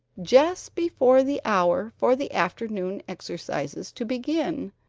just before the hour for the afternoon exercises to begin,